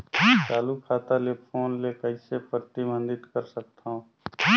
चालू खाता ले फोन ले कइसे प्रतिबंधित कर सकथव?